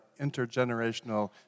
intergenerational